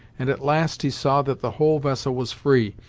and, at last, he saw that the whole vessel was free,